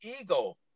ego